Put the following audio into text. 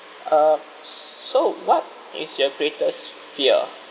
er s~ so what is your greatest fear